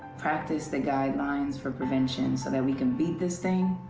practice the guidelines for prevention so that we can beat this thing,